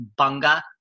Bunga